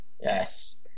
Yes